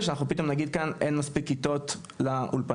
אנחנו פתאום נגיד אין מספיק כיתות לאולפנים.